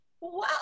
Wow